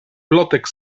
plotek